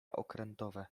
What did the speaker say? okrętowe